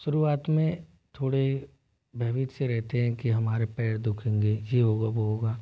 शुरुआत में थोड़े भयभीत से रहते हैं कि हमारे पैर दुखेंगे ये होगा वो होगा